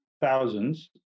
thousands